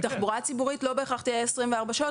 תחבורה ציבורית לא בהכרח תהיה 24 שעות,